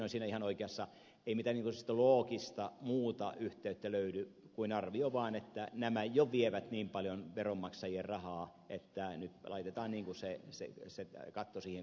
tynkkynen on siinä ihan oikeassa että ei mitään sellaista loogista muuta yhteyttä löydy kuin arvio vaan että nämä jo vievät niin paljon veronmaksajien rahaa että nyt laitetaan ikään kuin se katto siihen kohtaan